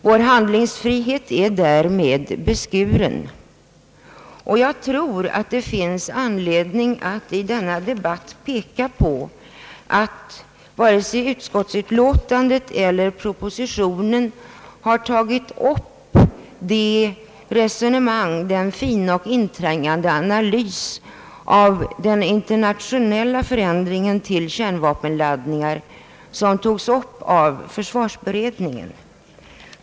Vår handlingsfrihet är därmed beskuren, och jag tror att det finns anledning att i denna debatt peka på att varken utskottsutlåtandet eller propositionerna har tagit upp de resonemang, den fina och inträngande analys av den förändrade internationella inställningen till kärnvapenladdningar, som togs upp av försvarsutredningen.